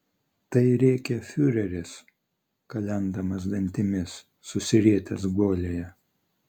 tai rėkė fiureris kalendamas dantimis susirietęs guolyje